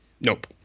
Nope